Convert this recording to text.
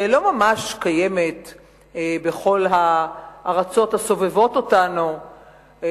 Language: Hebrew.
שלא ממש קיימת בכל הארצות הסובבות אותנו,